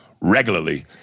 regularly